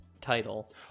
title